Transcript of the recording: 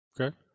Okay